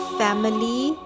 family